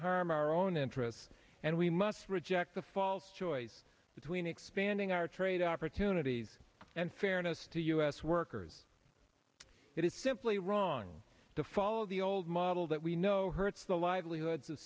harm our own interests and we must reject the false choice between expanding our trade opportunities and fairness to us workers it is simply wrong to follow the old model that we know hurts the livelihoods